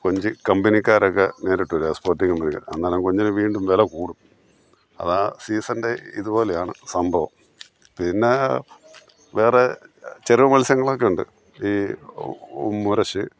കൊഞ്ച് കമ്പനിക്കരൊക്കെ നേരിട്ട് വരും എക്സ്പോർട്ടിങ്ങിന് അന്നേരം കൊഞ്ചിന് വീണ്ടും വില കൂടും അത് ആ സീസണിൻ്റെ ഇതു പോലെയാണ് സംഭവം പിന്നെ വേറെ ചെറിയ മൽസ്യങ്ങളൊക്കെയുണ്ട് ഈ മൊരശ്